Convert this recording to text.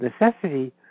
necessity